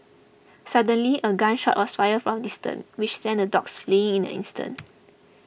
suddenly a gun shot was fired from distance which sent the dogs fleeing in an instant